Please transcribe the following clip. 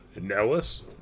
Nellis